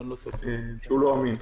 שהוא לא אמין,